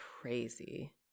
crazy